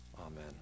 Amen